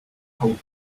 hold